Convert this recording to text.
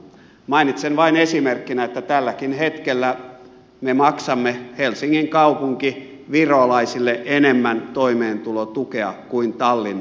mainitsen vain esimerkkinä että tälläkin hetkellä me maksamme helsingin kaupunki virolaisille enemmän toimeentulotukea kuin tallinnan kaupunki